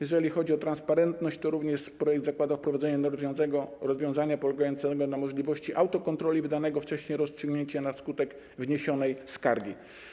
Jeżeli chodzi o transparentność, to projekt zakłada również wprowadzenie (...) rozwiązania polegającego na możliwości autokontroli wydanego wcześniej rozstrzygnięcia na skutek wniesionej skargi.